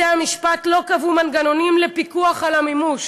בתי-המשפט לא קבעו מנגנונים לפיקוח על המימוש.